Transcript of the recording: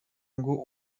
ngo